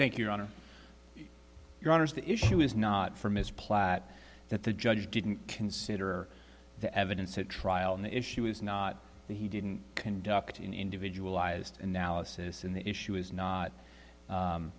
thank you honor your honors the issue is not for ms platt that the judge didn't consider the evidence at trial and the issue is not that he didn't conduct an individual ised analysis in the issue is not